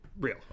Real